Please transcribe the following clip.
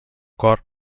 cor